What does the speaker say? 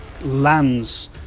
lands